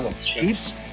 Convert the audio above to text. Chiefs